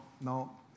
no